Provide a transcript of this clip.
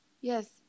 Yes